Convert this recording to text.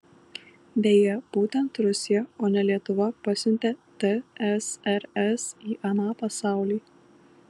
beje būtent rusija o ne lietuva pasiuntė tsrs į aną pasaulį